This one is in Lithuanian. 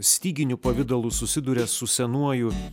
styginių pavidalu susiduria su senuoju